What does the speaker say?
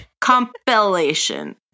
Compilation